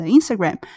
Instagram